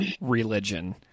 religion